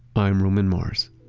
i'm roman mars